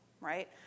right